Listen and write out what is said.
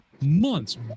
months